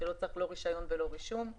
שלא מצריכים לא רישיון ולא רישום.